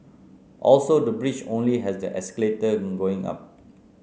also the bridge only has the escalator going up